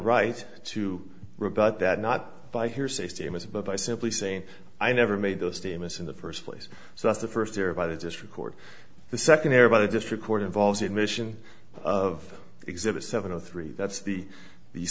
right to rebut that not by hearsay statements but by simply saying i never made those statements in the first place so that's the first error by the just record the second air by the district court involves the admission of exhibit seventy three that's the the